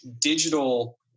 digital